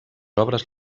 obres